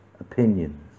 opinions